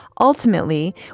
ultimately